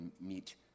meet